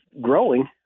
growing